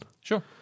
Sure